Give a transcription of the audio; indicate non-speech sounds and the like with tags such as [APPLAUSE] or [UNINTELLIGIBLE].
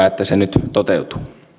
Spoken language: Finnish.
[UNINTELLIGIBLE] että se nyt toteutuu